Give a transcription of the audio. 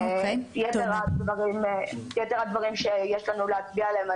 את יתר הדברים שיש לנו להצביע עליהם,